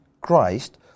Christ